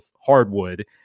hardwood